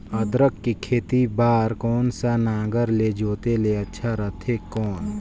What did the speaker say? अदरक के खेती बार कोन सा नागर ले जोते ले अच्छा रथे कौन?